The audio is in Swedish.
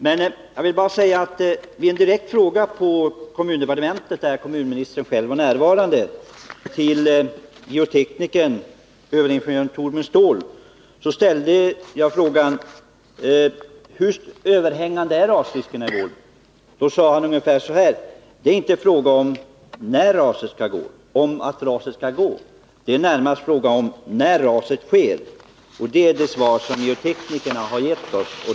Men jag vill bara säga att när jag på kommundepartementet, där kommunministern själv var närvarande, ställde en direkt fråga till geoteknikern överingenjör Torbjörn Ståhl, svarade denne ungefär så här: Det är inte fråga om att raset skall gå, utan det är närmast fråga om när raset sker. Det är det svar som geoteknikerna har gett oss.